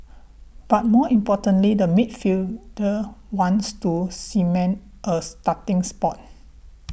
but more importantly the midfielder wants to cement a starting spot